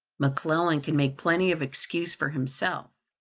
mcclellan can make plenty of excuse for himself,